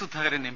Sudhakaran M